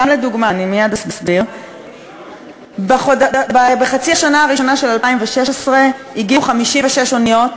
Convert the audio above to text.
ולכן, אני לא חושבת שיש איזשהו נימוק,